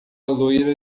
loira